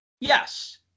Yes